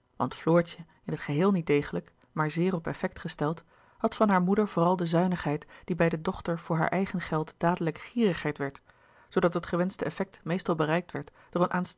want floortje in het geheel niet degelijk maar zeer op effect gesteld had van hare moeder vooral de zuinigheid die bij de dochter voor haar eigen geld dadelijk gierigheid werd zoodat het gewenschte effect meestal bereikt werd door